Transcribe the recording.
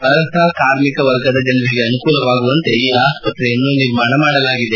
ಅರ್ಷ ಕಾರ್ಮಿಕ ವರ್ಗದ ಜನರಿಗೆ ಅನುಕೂಲವಾಗುವಂತೆ ಈ ಆಸ್ಪತ್ರೆಯನ್ನು ನಿರ್ಮಿಸಲಾಗಿದೆ